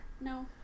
No